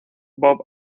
bob